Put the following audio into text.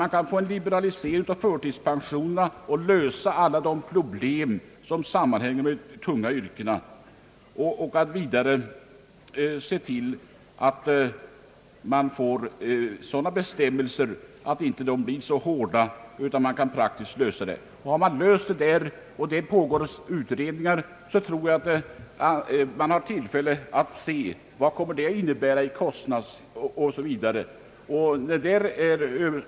Man kan få en liberalisering av reglerna för förtidspensioneringen och lösa alla de problem som sammanhänger med pensioneringen inom de tunga yrkena. Har man löst dessa problem — här pågår utredningar — får man se vad det kommer att innebära i fråga om kostnader osv.